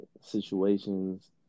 situations